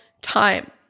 time